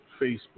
Facebook